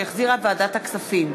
שהחזירה ועדת הכספים.